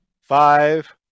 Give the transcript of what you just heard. Five